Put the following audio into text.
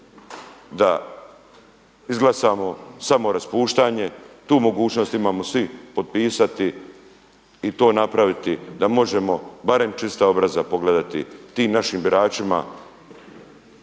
da izglasamo samoraspuštanje, tu mogućnost imamo svi potpisati i to napraviti da možemo barem čista obraza pogledati tim našim biračima,